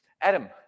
Adam